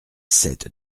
sept